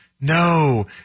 No